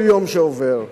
כל יום שעובר,